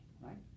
right